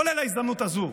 כולל ההזדמנות הזו,